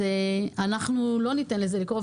אנחנו לא ניתן לזה לקרות,